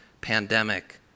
pandemic